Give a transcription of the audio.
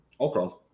Okay